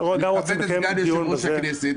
אני מכבד את סגן יושב-ראש הכנסת,